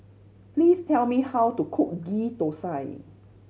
please tell me how to cook Ghee Thosai